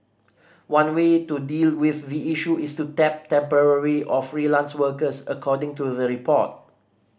one way to deal with the issue is to tap temporary or freelance workers according to the report